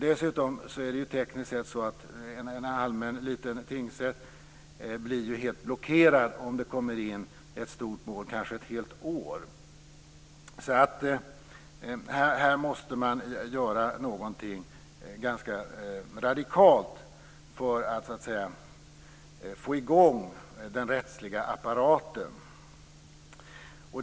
Dessutom blir en allmän liten tingsrätt tekniskt sett helt blockerad, kanske ett helt år, om det kommer in ett stort mål. Man måste alltså göra någonting ganska radikalt för att få i gång den rättsliga apparaten.